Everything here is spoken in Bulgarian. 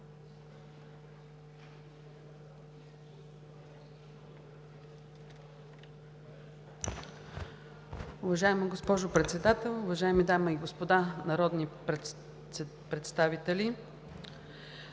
Уважаеми господин Председател, уважаеми дами и господа народни представители!